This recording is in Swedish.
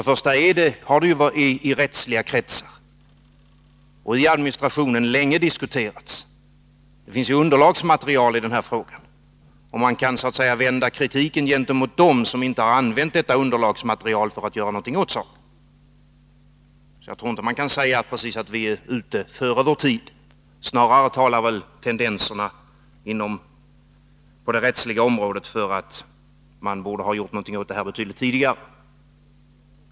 De har diskuterats länge i rättsliga kretsar och i administrationen. Det finns underlagsmaterial, och man kan vända kritiken mot dem som inte har använt detta material för att göra någonting åt saken. Jag tror inte att det kan sägas att vi är för tidigt ute, utan snarare talar tendenserna på det rättsliga området för att man borde ha gjort någonting åt det här betydligt tidigare.